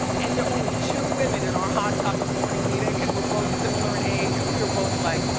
and they're only two women in our hot topics morning meeting and we're both similar in age and we were both, like,